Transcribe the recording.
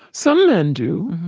some men do.